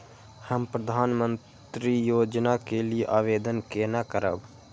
हम प्रधानमंत्री योजना के लिये आवेदन केना करब?